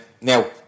now